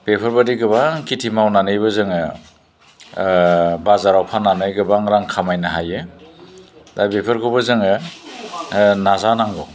बेफोरबादि गोबां खेथि मावनानैबो जोङो बाजाराव फाननानै गोबां रां खामायनो हायो दा बेफोरखौबो जोङो नाजा नांगौ